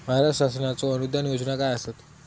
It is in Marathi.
महाराष्ट्र शासनाचो अनुदान योजना काय आसत?